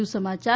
વધુ સમાચાર